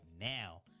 now